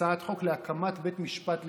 הצעת חוק להקמת בית משפט לחוקה.